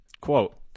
quote